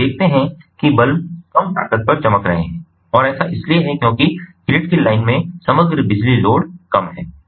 हम देखते हैं कि बल्ब कम ताकत पर चमक रहे हैं और ऐसा इसलिए है क्योंकि ग्रिड कि लाइन में समग्र बिजली लोड कम है